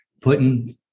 putting